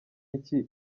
iki